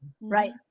right